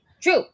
true